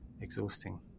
exhausting